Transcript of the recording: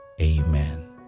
Amen